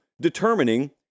determining